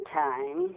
time